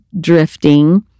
drifting